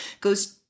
goes